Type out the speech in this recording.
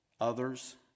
Others